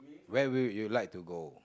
where will you like to go